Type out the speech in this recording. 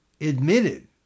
Admitted